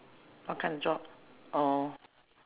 what kind of job oh